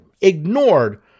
ignored